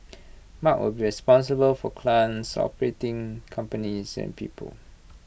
mark will be responsible for clients operating companies and people